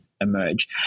emerge